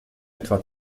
etwa